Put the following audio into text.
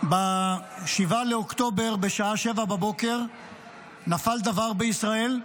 ב-7 באוקטובר בשעה 07:00 נפל דבר בישראל.